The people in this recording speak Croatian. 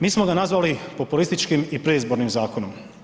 Mi smo ga nazvali populističkim i predizbornim zakonom.